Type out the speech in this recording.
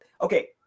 okay